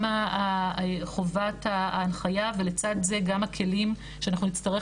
גם חובת ההנחיה ולצד זה גם הכלים שאנחנו נצטרך